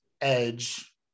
Edge